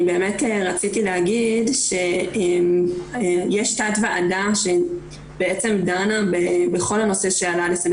אני באמת רציתי להגיד שיש תת ועדה שבעצם דנה בכל הנושא שעלה לסדר